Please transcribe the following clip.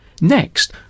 Next